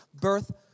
birth